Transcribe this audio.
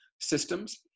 systems